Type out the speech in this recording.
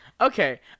Okay